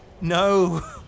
No